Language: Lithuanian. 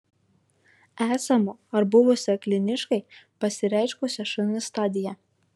esamo ar buvusio kliniškai pasireiškusio šn stadija